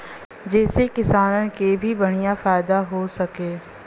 जेसे किसानन के भी बढ़िया फायदा हो सके